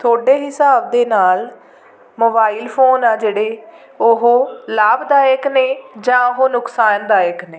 ਤੁਹਾਡੇ ਹਿਸਾਬ ਦੇ ਨਾਲ ਮੋਬਾਈਲ ਫ਼ੋਨ ਆ ਜਿਹੜੇ ਉਹ ਲਾਭਦਾਇਕ ਨੇ ਜਾਂ ਉਹ ਨੁਕਸਾਨਦਾਇਕ ਨੇ